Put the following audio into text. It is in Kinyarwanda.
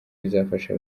bizafasha